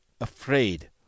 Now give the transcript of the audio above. afraid